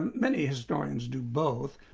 many historians do both.